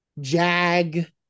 Jag